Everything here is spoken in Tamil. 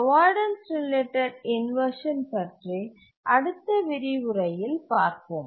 அவாய்டன்ஸ் ரிலேட்டட் இன்வர்ஷன் பற்றி அடுத்த விரிவுரையில் பார்ப்போம்